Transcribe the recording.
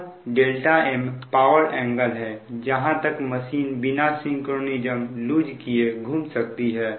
अब m power angle है जहां तक मशीन बिना सिंक्रोनीजम लूज किए घूम सकती है